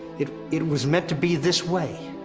it it was meant to be this way!